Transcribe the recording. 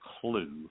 clue